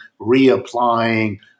reapplying